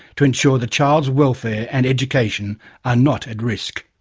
to ensure the child's welfare and education are not at risk.